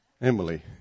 Emily